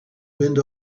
wind